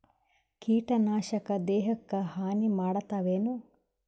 ಕೀಟನಾಶಕ ದೇಹಕ್ಕ ಹಾನಿ ಮಾಡತವೇನು?